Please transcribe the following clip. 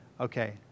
okay